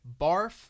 barf